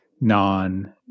non-